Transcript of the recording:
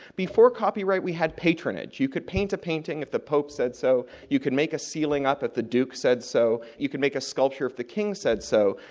before copyright, we had patronage. you could paint a painting if the pope said so, you could make a ceiling up if the duke said so, you could make a sculpture if the king said so.